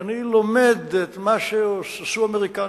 אני לומד את מה שעשו האמריקנים,